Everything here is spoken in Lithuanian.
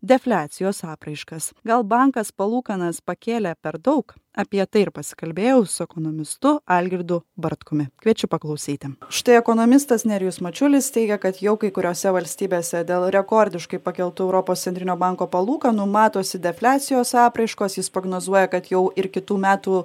defliacijos apraiškas gal bankas palūkanas pakėlė per daug apie tai ir pasikalbėjau su ekonomistu algirdu bartkumi kviečiu paklausyti štai ekonomistas nerijus mačiulis teigia kad jau kai kuriose valstybėse dėl rekordiškai pakeltų europos centrinio banko palūkanų matosi defliacijos apraiškos jis prognozuoja kad jau ir kitų metų